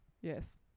Yes